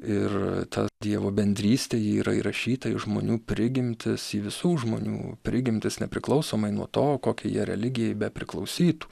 ir ta dievo bendrystė ji yra įrašyta į žmonių prigimtis į visų žmonių prigimtis nepriklausomai nuo to kokiai jie religijai bepriklausytų